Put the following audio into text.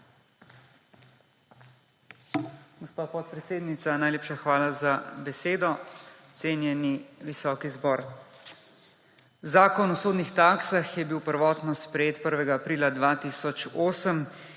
Gospa podpredsednica, najlepša hvala za besedo. Cenjeni visoki zbor! Zakon o sodnih taksah je bil prvotno sprejet 1. aprila 2008